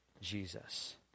Jesus